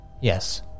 Yes